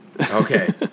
Okay